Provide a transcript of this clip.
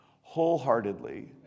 Wholeheartedly